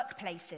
workplaces